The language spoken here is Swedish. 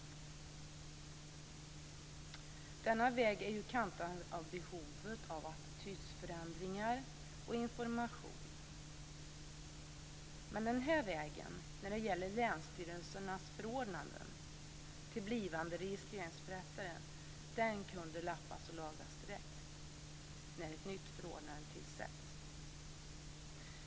Denna väg är kantad av behovet av attitydförändringar och information. Men när de gäller länsstyrelsernas förordnanden till blivande registreringsförrättare kunde denna väg lappas och lagas direkt när ett nytt förordnande tillsätts.